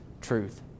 truth